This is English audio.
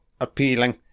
appealing